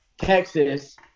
Texas